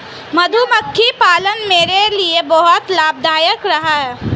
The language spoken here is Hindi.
मधुमक्खी पालन मेरे लिए बहुत लाभदायक रहा है